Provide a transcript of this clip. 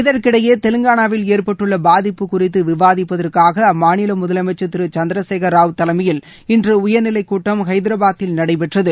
இதற்கிடையே தெலங்காளா வில் ஏற்பட்டுள்ள பாதிப்பு குறித்து விவாதிப்பதற்காக அம்மாநில முதலமைச்சா் திரு சந்திரசேகர ராவ் தலைமையில் இன்று உயா்நிலை கூட்டம் ஹைதராபாத்தில் நடைபெற்றது